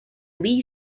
lee